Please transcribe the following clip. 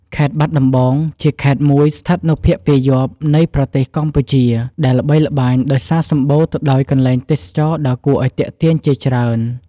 ខេត្តបាត់ដំបងជាខេត្តមួយស្ថិតនៅភាគពាយព្យនៃប្រទេសកម្ពុជា ដែលល្បីល្បាញដោយសារសម្បូរទៅដោយកន្លែងទេសចរណ៍ដ៏គួរឱ្យទាក់ទាញជាច្រើន។